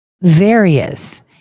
various